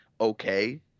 okay